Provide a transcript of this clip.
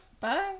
bye